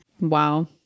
Wow